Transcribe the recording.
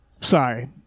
sorry